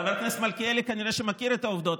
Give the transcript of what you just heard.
חבר הכנסת מלכיאלי כנראה מכיר את העובדות,